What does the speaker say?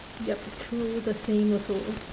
yup it's true the same also